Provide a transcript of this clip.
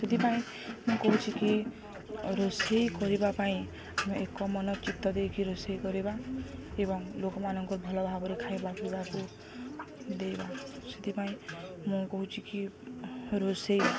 ସେଥିପାଇଁ ମୁଁ କହୁଛି କି ରୋଷେଇ କରିବା ପାଇଁ ଆମେ ଏକ ମନ ଚିତ୍ତ ଦେଇକି ରୋଷେଇ କରିବା ଏବଂ ଲୋକମାନଙ୍କୁ ଭଲ ଭାବରେ ଖାଇବା ପିଇବାକୁ ସେଥିପାଇଁ ମୁଁ କହୁଛି କି ରୋଷେଇ